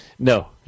No